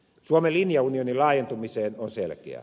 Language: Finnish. suomen linja unionin laajentumiseen on selkeä